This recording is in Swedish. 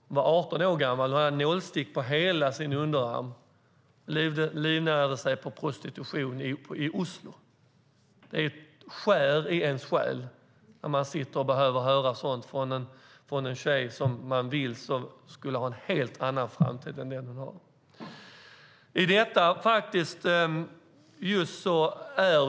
Hon var 18 år gammal och hade nålstick på hela sin underarm och livnärde sig på prostitution i Oslo. Det skär i ens själ när man sitter och hör sådant från en tjej som man vill ska ha en helt annan framtid än den hon har.